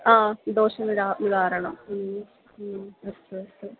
आ दोषः निराकर्तुं निवारणं अस्तु अस्तु